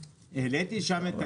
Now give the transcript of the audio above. העליתי שם את